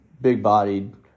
big-bodied